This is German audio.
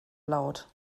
laut